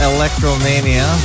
Electromania